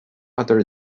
other